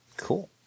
Cool